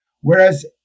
Whereas